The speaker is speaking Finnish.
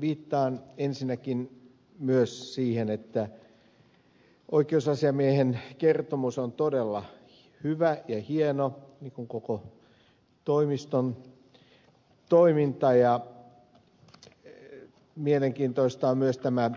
viittaan ensinnäkin myös siihen että oikeusasiamiehen kertomus on todella hyvä ja hieno niin kuin koko toimiston toiminta ja mielenkiintoista on myös tämä